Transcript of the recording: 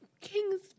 kings